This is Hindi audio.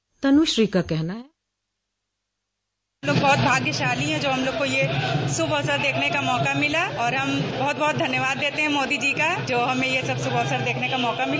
तनुश्री का कहना है बाइट तनुश्री हम लोग बहुत भाग्यशाली है जो हम लोग को यह शुभ अवसर देखने का मौका मिला और हम बहुत बहुत धन्यवाद देते है मोदी जी का जो हमें यह सब श्रभ अवसर देखने का मौका मिला